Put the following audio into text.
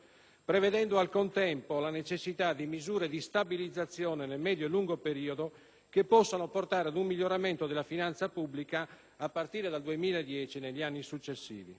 prevedendo, al contempo, la necessità di misure di stabilizzazione nel medio e lungo periodo che possano portare ad un miglioramento della finanza pubblica, a partire dal 2010, negli anni successivi.